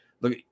look